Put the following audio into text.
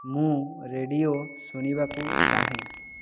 ମୁଁ ରେଡ଼ିଓ ଶୁଣିବାକୁ ଚାହେଁ